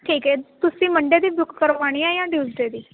ਠੀਕ ਹੈ ਤੁਸੀਂ ਮੰਡੇ ਦੀ ਬੁੱਕ ਕਰਵਾਉਣੀ ਹੈ ਜਾਂ ਟਿਊਸਡੇ ਦੀ